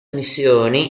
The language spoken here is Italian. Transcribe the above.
missioni